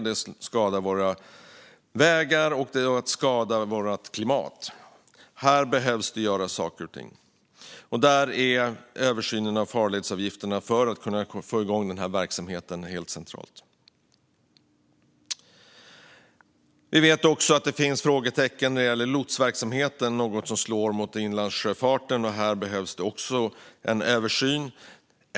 Det skadar våra vägar, och det skadar vårt klimat. Här behöver saker och ting göras. Där är en översyn av farledsavgifterna för att få igång verksamheten helt central. Vi vet också att det finns frågetecken för lotsverksamheten. Det är något som slår mot inlandssjöfarten. Här behövs också en översyn.